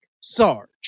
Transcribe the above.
Sarge